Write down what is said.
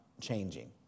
changing